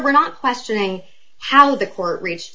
we're not questioning how the court reached